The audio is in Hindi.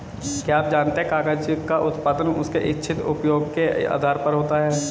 क्या आप जानते है कागज़ का उत्पादन उसके इच्छित उपयोग के आधार पर होता है?